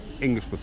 English